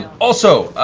also,